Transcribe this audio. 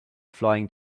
flying